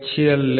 L